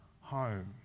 home